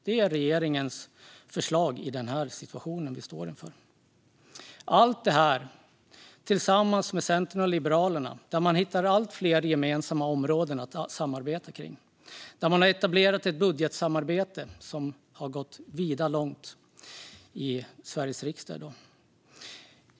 Det är regeringens förslag i den situation som vi står i. Tillsammans med Centern och Liberalerna hittar man allt fler områden att samarbeta kring. Man har etablerat ett budgetsamarbete som har gått vida långt i Sveriges riksdag i dag.